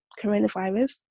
coronavirus